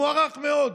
מוערך מאוד,